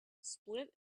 split